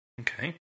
Okay